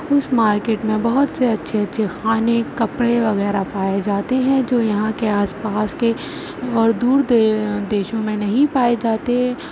اس market میں بہت سے اچھے اچھے کھانے کپڑے وغیرہ پائے جاتے ہیں جو یہاں کے آس پاس کے اور دور دے دیشوں میں نہیں پائے جاتے